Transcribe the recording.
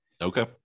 Okay